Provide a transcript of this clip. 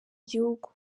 igihugu